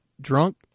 drunk